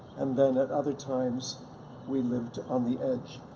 and then at other times we lived on the edge.